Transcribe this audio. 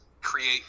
create